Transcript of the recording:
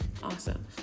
awesome